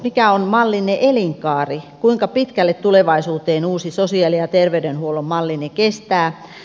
mikä on mallinne elinkaari kuinka pitkälle tulevaisuuteen uusi sosiaali ja terveydenhuollon mallinne kestää